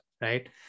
Right